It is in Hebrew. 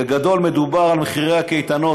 בגדול, מדובר על מחירי הקייטנות.